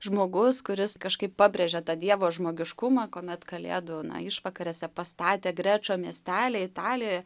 žmogus kuris kažkaip pabrėžė tą dievo žmogiškumą kuomet kalėdų išvakarėse pastatė grečo miestely italijoje